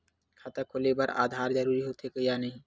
खाता खोले बार आधार जरूरी हो थे या नहीं?